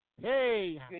Hey